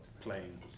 playing